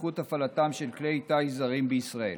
בטיחות הפעלתם של כלי טיס זרים בישראל.